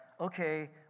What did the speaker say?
okay